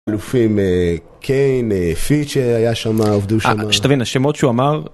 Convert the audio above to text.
לופים קיין, פיץ'ה היה שם, עובדו שם אה, שתבין, נשי מוצ'ו אמר